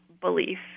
belief